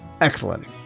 Excellent